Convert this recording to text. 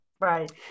Right